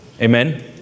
Amen